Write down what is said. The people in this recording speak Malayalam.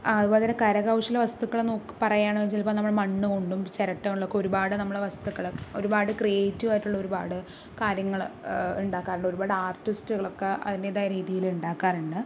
അതുപോലെത്തന്നെ കരകൗശല വസ്തുക്കള് എന്നൊക്കെ പറയണേൽ നമ്മൾ മണ്ണുകൊണ്ടും ചിരട്ട കൊണ്ടും ഒക്കെ ഒരുപാട് നമ്മള് വസ്തുക്കള് ഒരുപാട് ക്രീയേറ്റീവായിട്ടുള്ള ഒരുപാട് കാര്യങ്ങള് ഉണ്ടാക്കാനുണ്ട് ഒരുപാട് ആർട്ടിസ്റ്റുകളൊക്കെ അതിൻ്റെതായ രീതിയില് ഉണ്ടാക്കാറുണ്ട്